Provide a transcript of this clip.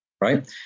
right